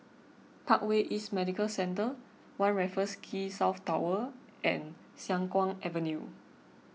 Parkway East Medical Centre one Raffles Quay South Tower and Siang Kuang Avenue